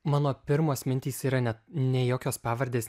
mano pirmos mintys yra net ne jokios pavardės